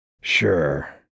Sure